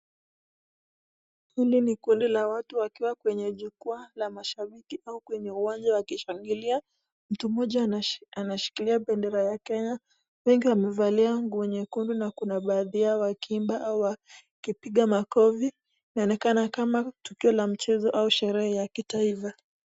Hili ni kundi la watu wakiwa kwenye jukwaa la mashabiki au kwenye uwanja wakishangilia. Mtu mmoja anashikilia bendera ya Kenya. Wengi wao wamevalia nguo nyekundu na baadhi yao wakiimba au wakipiga makofi. Yaonekana kama tukio la mchezo au sherehe ya kitaifa.